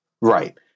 Right